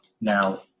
now